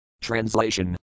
Translation